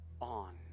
on